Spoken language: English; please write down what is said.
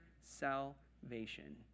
salvation